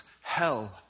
hell